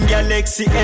Galaxy